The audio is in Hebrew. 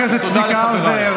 תודה לחבר הכנסת צביקה האוזר.